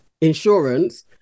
insurance